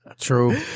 true